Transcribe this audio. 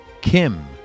Kim